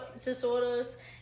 disorders